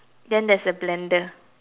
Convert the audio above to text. then there's a blender